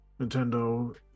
Nintendo